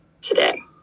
today